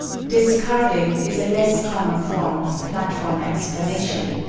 discarding is a less common form of platform explanation.